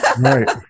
Right